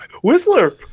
Whistler